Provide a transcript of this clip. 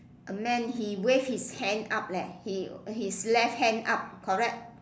a man he wave his hand up leh he his left hand up correct